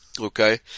Okay